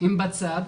הם בצד.